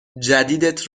جدیدت